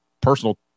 personal